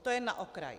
To jen na okraj.